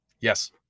yes